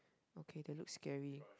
okay they look scary